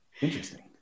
Interesting